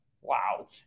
Wow